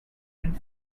and